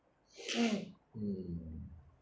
mm